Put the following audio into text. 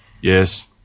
Yes